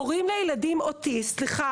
הורים לילדים אוטיסטים,